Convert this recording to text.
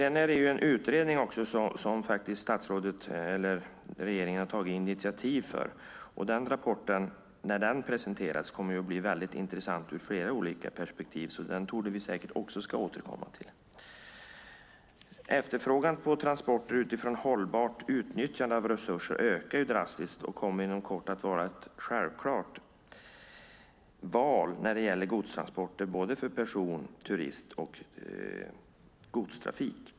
Regeringen har tagit initiativ till en utredning, och när rapporten från den presenteras kommer det att bli väldigt intressant ur flera olika perspektiv. Vi torde säkert återkomma till den också. Efterfrågan på transporter utifrån hållbart utnyttjande av resurser ökar drastiskt och kommer inom kort att vara ett självklart val när det gäller transporter för både persontrafik, turisttrafik och godstrafik.